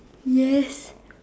yes